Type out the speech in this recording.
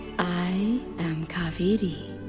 i am kaveri,